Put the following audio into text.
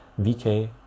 vk